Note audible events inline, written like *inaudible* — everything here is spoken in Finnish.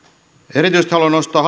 erityisesti haluan nostaa *unintelligible*